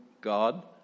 God